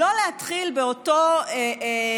לא להתחיל באותו